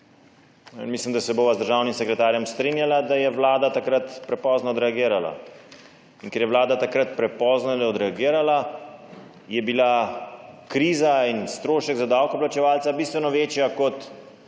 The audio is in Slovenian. Mislim, da se bova z državnim sekretarjem strinjala, da je Vlada takrat prepozno odreagirala. In ker je Vlada takrat prepozno odreagirala, sta bila kriza in strošek za davkoplačevalca bistveno večja kot